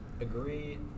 Agree